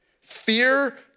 Fear